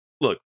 look